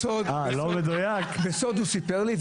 בסוד הוא סיפר לי,